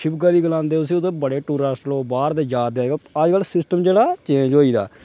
शिवगली गलांदे उसी उत्थें बड़े टूरिस्ट लोग बाह्र दे जा दे अज्जकल सिस्टम जेह्ड़ा चेंज होई गेदा ऐ